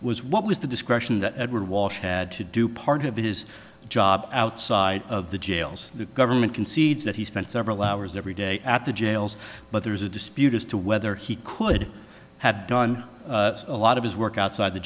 was what was the discretion that edward walsh had to do part of his job outside of the jails the government concedes that he spent several hours every day at the jails but there is a dispute as to whether he could have done a lot of his work outside the